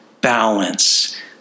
balance